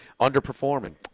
underperforming